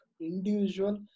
individual